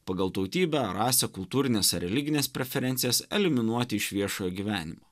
pagal tautybę ar rasę kultūrines ar religines preferencijas eliminuoti iš viešojo gyvenimo